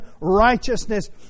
righteousness